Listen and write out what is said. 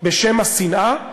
בשם השנאה?